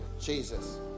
Jesus